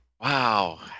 Wow